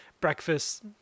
breakfast